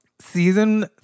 season